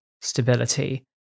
stability